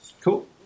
cool